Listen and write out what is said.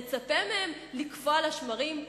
נצפה מהם לקפוא על השמרים?